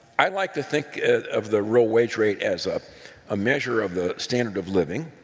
i'd like to think of the real wage rate as a ah measure of the standard of living.